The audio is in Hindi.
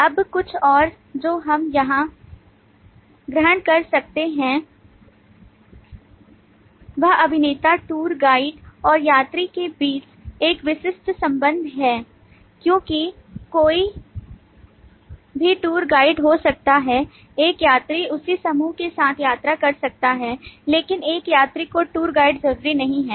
अब कुछ और जो हम यहां ग्रहण कर सकते हैं वह अभिनेता टूर गाइड और यात्री के बीच एक विशिष्ट संबंध है क्योंकि कोई भी टूर गाइड हो सकता है एक यात्री उसी समूह के साथ यात्रा कर सकता है लेकिन एक यात्री को टूर गाइड जरूरी नहीं है